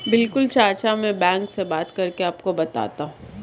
बिल्कुल चाचा में बैंक से बात करके आपको बताता हूं